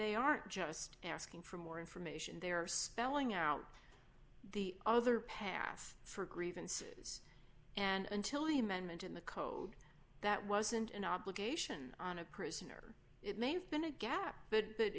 they aren't just asking for more information they are spelling out the other past for grievances and until the amendment in the code that wasn't an obligation on a prisoner it may have been a gap but that